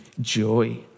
joy